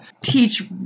teach